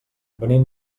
venim